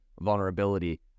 vulnerability